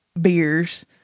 beers